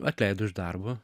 atleido iš darbo